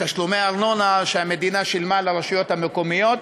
תשלומי הארנונה שהמדינה שילמה לרשויות המקומיות.